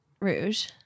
Rouge